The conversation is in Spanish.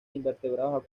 invertebrados